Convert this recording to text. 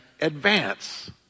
advance